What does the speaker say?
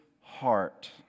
heart